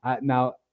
Now